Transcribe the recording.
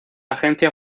agencia